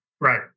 Right